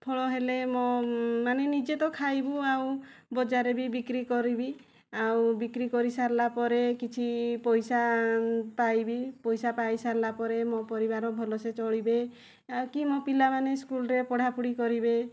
ଫଳ ହେଲେ ମୋ ମାନେ ନିଜେ ତ ଖାଇବୁ ଆଉ ବଜାରରେ ବି ବିକ୍ରି କରିବି ଆଉ ବିକ୍ରି କରିସାରିଲା ପରେ କିଛି ପଇସା ପାଇବି ପଇସା ପାଇସାରିଲା ପରେ ମୋ ପରିବାର ଭଲସେ ଚଳିବେ କି ମୋ ପିଲାମାନେ ସ୍କୁଲରେ ପଢ଼ାପଢ଼ି କରିବେ